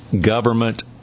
government